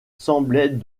semblait